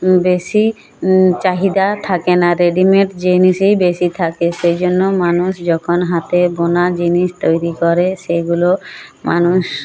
বেশি চাহিদা থাকে না রেডিমেড জিনিসেই বেশি থাকে সেই জন্য মানুষ যখন হাতে বোনা জিনিস তৈরি করে সেইগুলো মানুষ